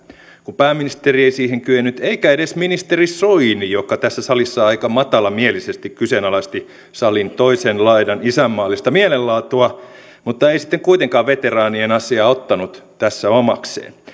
kun pääministeri ei siihen kyennyt eikä edes ministeri soini joka tässä salissa aika matalamielisesti kyseenalaisti salin toisen laidan isänmaallista mielenlaatua mutta ei sitten kuitenkaan veteraanien asiaa ottanut tässä omakseen